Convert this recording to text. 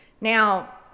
Now